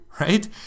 right